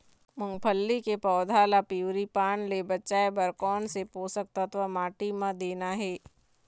मुंगफली के पौधा ला पिवरी पान ले बचाए बर कोन से पोषक तत्व माटी म देना हे?